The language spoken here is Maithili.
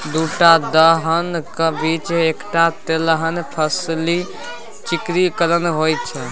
दूटा दलहनक बीच एकटा तेलहन फसली चक्रीकरण होए छै